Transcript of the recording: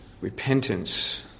repentance